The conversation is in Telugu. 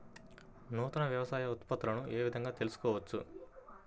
నూతన వ్యవసాయ ఉత్పత్తులను ఏ విధంగా తెలుసుకోవచ్చు?